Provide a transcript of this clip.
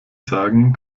sagen